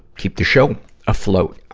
keep the show afloat.